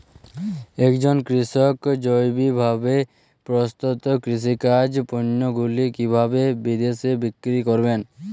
একজন কৃষক জৈবিকভাবে প্রস্তুত কৃষিজাত পণ্যগুলি কিভাবে বিদেশে বিক্রি করবেন?